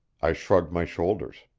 i shrugged my shoulders.